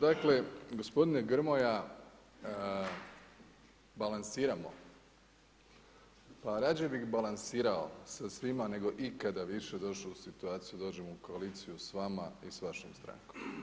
Dakle, gospodine Grmoja balansiramo, pa rađe bi balansirao sa svima, nego ikada više došao u situaciju da dođem u koaliciju s vama i s vašom strankom.